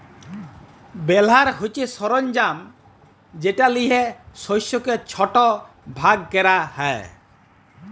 বেলার হছে সরলজাম যেট লিয়ে শস্যকে ছট ভাগ ক্যরা হ্যয়